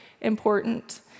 important